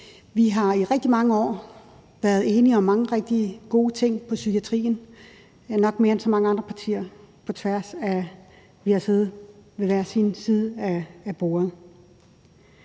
Vi har i rigtig mange år været enige om mange rigtig gode ting på psykiatriområdet – nok mere end så mange andre partier, på trods af at vi har siddet ved hver sin side af bordet.